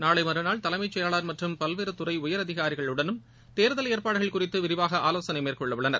நாளைமறுநாள் தலைமைச் செயலாளர் மற்றும் பல்வேறுதுறைஉயரதிகாரிகளுடனும் தேர்தல் ஏற்பாடுகள் குறித்துவிரிவாக ஆலோசனைமேற்கொள்ளவுள்ளனர்